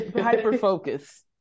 Hyper-focus